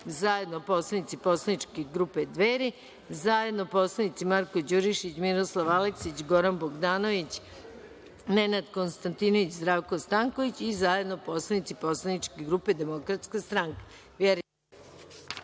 zajedno poslanici poslaničke grupeDveri, zajedno poslanici Marko Đurišić, Miroslav Aleksić, Goran Bogdanović, Nenad Konstantinović, Zdravko Stanković i zajedno poslanici poslaničke grupe DS.Reč ima narodni